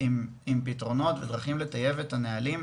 עם פתרונות אזרחיים לטייב את הנהלים,